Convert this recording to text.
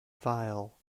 vile